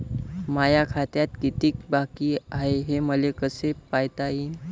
माया खात्यात कितीक बाकी हाय, हे मले कस पायता येईन?